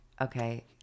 Okay